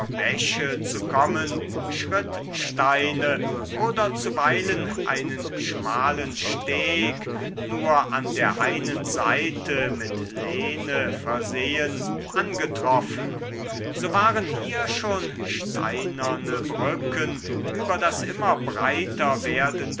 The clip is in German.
bäche zu kommen schrittsteine oder zuweilen einen schmalen steg nur an der einen seite mit lehne versehen angetroffen so waren hier schon steinerne brücken über das immer breiter werdende